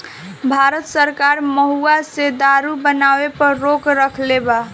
भारत सरकार महुवा से दारू बनावे पर रोक रखले बा